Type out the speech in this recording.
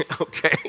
Okay